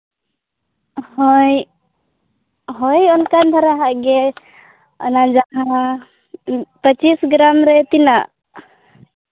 ᱦᱳᱭ ᱦᱳᱭ ᱚᱱᱠᱟ ᱫᱷᱟᱨᱟ ᱣᱟᱜ ᱜᱮ ᱚᱱᱟ ᱡᱟᱦᱟᱸ ᱯᱚᱸᱪᱤᱥ ᱜᱨᱟᱢ ᱨᱮ ᱛᱤᱱᱟᱹᱜ